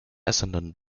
essendon